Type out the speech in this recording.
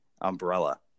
Umbrella